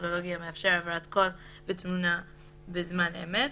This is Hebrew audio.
טכנולוגי המאפשר העברת קול ותמונה בזמן אמת,